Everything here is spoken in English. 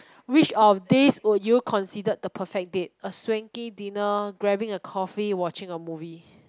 which of this would you considered the perfect date a swanky dinner grabbing a coffee watching a movie